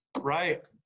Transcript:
Right